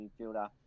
midfielder